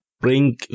bring